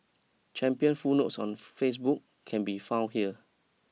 champion full notes on Facebook can be found here